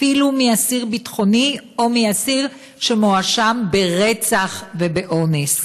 אפילו אסיר ביטחוני או אסיר שמואשם ברצח ובאונס.